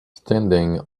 standing